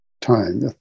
time